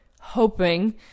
hoping